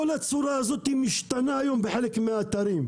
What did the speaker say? כל הצורה הזאת משתנה היום בחלק מהאתרים.